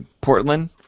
Portland